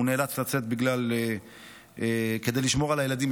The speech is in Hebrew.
והוא נאלץ לצאת כדי לשמור על הילדים.